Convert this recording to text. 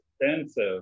expensive